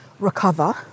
recover